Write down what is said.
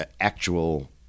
actual